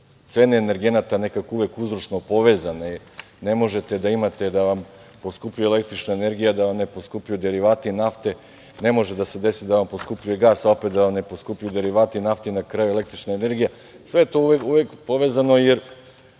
cene energenata nekako uvek uzročno povezane. Ne možete da imate da vam poskupi električna energija, a da vam ne poskupljuju derivati nafte. Ne može da se desi da vam poskupljuje gas, a opet da vam ne poskupljuju derivati nafte i na kraju električna energija. Sve je to uvek povezano, jer